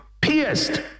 pierced